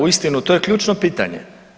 Uistinu to je ključno pitanje.